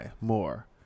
more